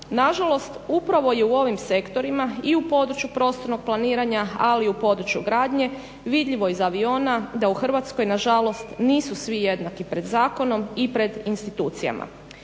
Na žalost upravo je u ovim sektorima i u području prostornog planiranja, ali i u području gradnje vidljivo iz aviona da u Hrvatskoj na žalost nisu svi jednaki pred zakonom i pred institucijama.